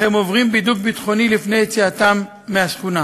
אך הם עוברים בידוק ביטחוני לפני יציאתם מהשכונה.